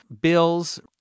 bills